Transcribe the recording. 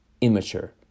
immature